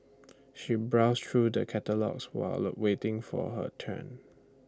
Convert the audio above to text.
she browsed through the catalogues while low waiting for her turn